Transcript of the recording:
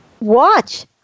watch